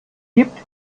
gibt